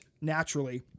naturally